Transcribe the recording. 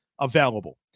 available